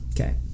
Okay